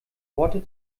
worte